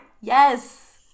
Yes